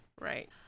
Right